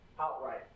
outright